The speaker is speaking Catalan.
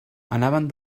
anaven